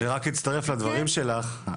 אני רק אצטרף לדברים שלך,